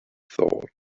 thought